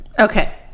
Okay